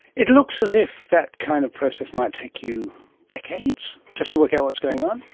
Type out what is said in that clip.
it looks as if that kind of process might take you decades just to work out what's going on.